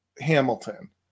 Hamilton